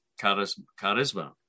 charisma